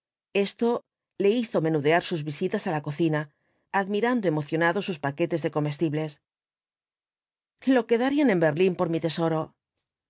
esto le hizo menudear sus visitas á la cocina admirando emocionado sus paquetes de comestibles lo que darían en berlín por mi tesoro